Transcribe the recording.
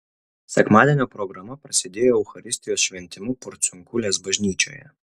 sekmadienio programa prasidėjo eucharistijos šventimu porciunkulės bažnyčioje